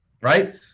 right